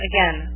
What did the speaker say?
Again